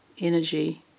energy